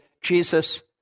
Jesus